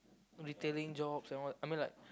retailing jobs and what I mean like